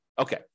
Okay